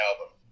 album